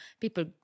People